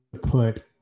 put